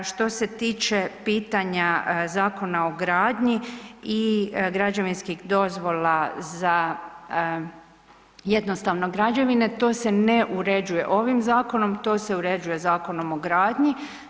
Što se tiče pitanja Zakona o gradnji i građevinskih dozvola za jednostavne građevine to se ne uređuje ovim zakonom, to se uređuje Zakonom o gradnji.